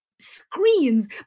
screens